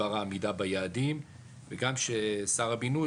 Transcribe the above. בדבר העמידה ביעדים וגם ששר הבינוי,